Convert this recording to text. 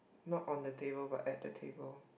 not on the table but at the table